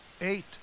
Eight